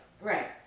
Right